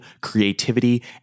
creativity